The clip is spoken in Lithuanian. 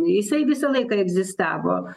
jisai visą laiką egzistavo